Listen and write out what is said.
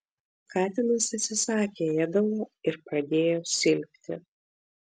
katinas atsisakė ėdalo ir pradėjo silpti